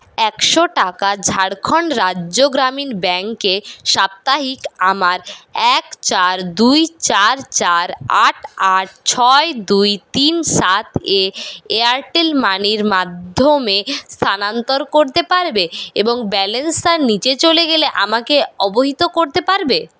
একশো টাকা ঝাড়খণ্ড রাজ্য গ্রামীণ ব্যাংকে সাপ্তাহিক আমার এক চার দুই চার চার আট আট ছয় দুই তিন সাত এ এয়ারটেল মানির মাধ্যমে স্থানান্তর করতে পারবে এবং ব্যালেন্স তার নিচে চলে গেলে আমাকে অবহিত করতে পারবে